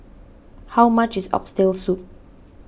how much is Oxtail Soup